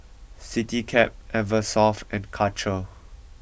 Citycab Eversoft and Karcher